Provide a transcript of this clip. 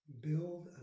build